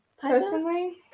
Personally